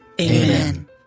Amen